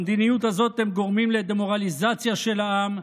במדיניות הזאת אתם גורמים לדה-מורליזציה של העם,